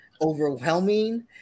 overwhelming